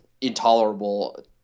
intolerable